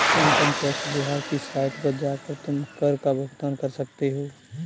income tax विभाग की site पर जाकर तुम कर का भुगतान कर सकते हो